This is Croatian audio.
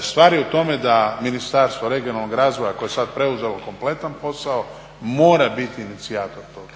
stvar je u tome da Ministarstvo regionalnog razvoja koje je sad preuzelo kompletan posao mora biti inicijator toga,